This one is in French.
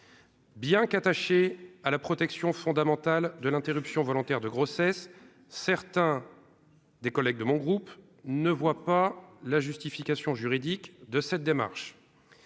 Bien qu'attachés à la protection fondamentale de l'interruption volontaire de grossesse, certains des collègues de mon groupe ne voit pas la justification juridique de cette démarche.